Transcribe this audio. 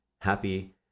happy